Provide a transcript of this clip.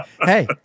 Hey